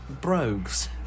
brogues